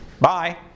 Bye